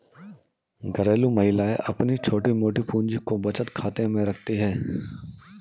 घरेलू महिलाएं अपनी छोटी मोटी पूंजी को बचत खाते में रखती है